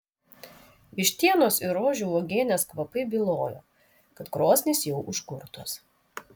vištienos ir rožių uogienės kvapai bylojo kad krosnys jau užkurtos